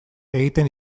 egiten